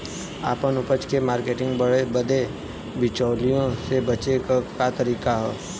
आपन उपज क मार्केटिंग बदे बिचौलियों से बचे क तरीका का ह?